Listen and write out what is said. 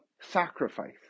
sacrifice